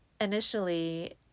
initially